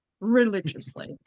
religiously